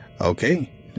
Okay